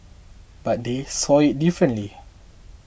but they saw it differently